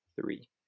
three